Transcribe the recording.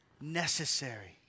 necessary